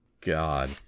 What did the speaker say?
God